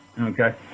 Okay